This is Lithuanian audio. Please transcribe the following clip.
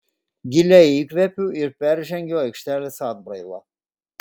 giliai įkvepiu ir peržengiu aikštelės atbrailą